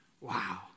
Wow